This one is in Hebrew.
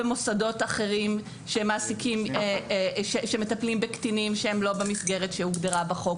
במוסדות אחרים שמטפלים בקטינים שהם לא במסגרת שהוגדרה בחוק,